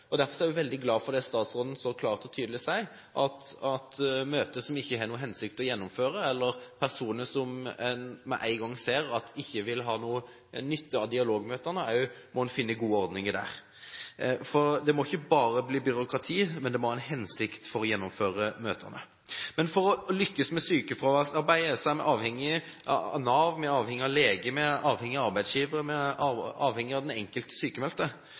er jeg veldig glad for at statsråden så klart og tydelig sier at når det gjelder møter som det ikke har noen hensikt å gjennomføre, eller når det gjelder personer som man med en gang ser ikke vil ha noen nytte av dialogmøtene, må en også finne gode ordninger. Det må ikke bare bli byråkrati, men det må være en hensikt med å gjennomføre møtene. For å lykkes med sykefraværsarbeidet er vi avhengig av Nav, vi er avhengig av lege, vi er avhengig av arbeidsgiver, og vi er avhengig av den enkelte